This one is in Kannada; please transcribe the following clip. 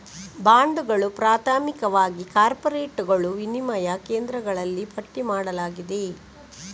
ಬಾಂಡುಗಳು, ಪ್ರಾಥಮಿಕವಾಗಿ ಕಾರ್ಪೊರೇಟುಗಳು, ವಿನಿಮಯ ಕೇಂದ್ರಗಳಲ್ಲಿ ಪಟ್ಟಿ ಮಾಡಲಾಗಿದೆ